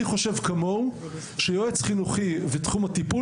חושב כמוהו שיועץ חינוכי ותחום הטיפול,